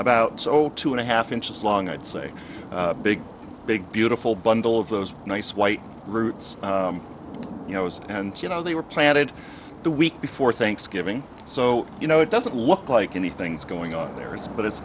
about so two and a half inches long i'd say big big beautiful bundle of those nice white roots you know and you know they were planted the week before thanksgiving so you know it doesn't look like anything's going on there is but it's